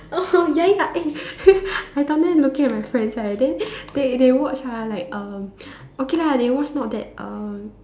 oh ya ya eh I down there looking at my friends right then they they watch ah like uh okay lah they watch not that uh